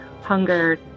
hunger